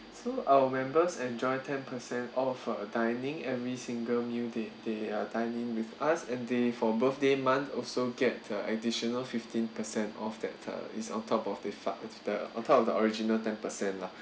so our members enjoy ten percent off uh dining every single meal they they uh dine in with us and they for birthday month also get uh additional fifteen percent off that uh is on top of the fun~ it's the on top of the original ten percent lah